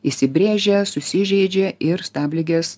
įsibrėžia susižeidžia ir stabligės